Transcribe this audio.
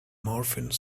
morphine